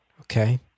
Okay